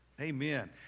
Amen